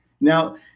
Now